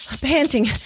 panting